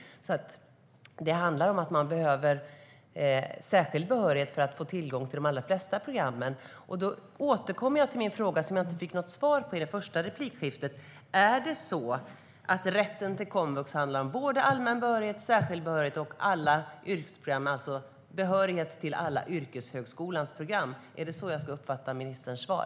Det handlar om att man behöver särskild behörighet för att få tillgång till de allra flesta programmen. Jag återkommer till min fråga som jag inte fick något svar på i det första replikskiftet. Handlar rätten till komvux om både allmän behörighet, särskild behörighet och alla yrkesprogram, det vill säga behörighet till alla yrkeshögskolans program? Är det så jag ska uppfatta ministerns svar?